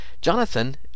Jonathan